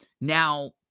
Now